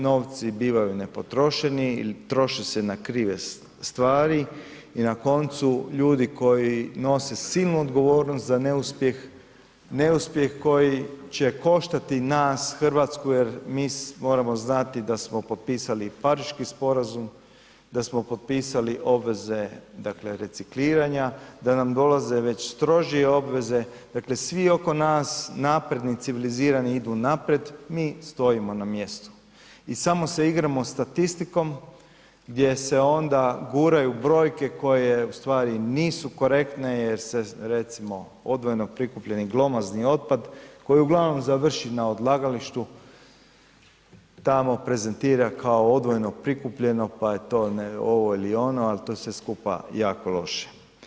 Novci bivaju nepotrošeni ili troše se na krive stvari i na koncu ljudi koji nose silnu odgovornost za neuspjeh, neuspjeh koji će koštati nas Hrvatsku jer mi moramo znati da smo potpisali i Pariški sporazum, da smo potpisali obveze recikliranja, da nam dolaze već strožije obveze, dakle svi oko nas napredni civilizirani idu naprijed, mi stojimo na mjestu i samo se igramo statistikom gdje se onda guraju brojke koje ustvari nisu korektne jer se recimo odvojeno prikupljeni glomazni otpad koji uglavnom završi na odlagalištu tamo prezentira kao odvojeno prikupljeno pa je to ovo ili ono, ali to je sve skupa jako loše.